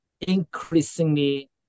increasingly